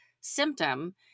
symptom